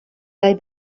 they